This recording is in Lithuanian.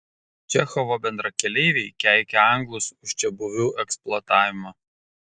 čechovo bendrakeleiviai keikė anglus už čiabuvių eksploatavimą